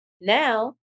Now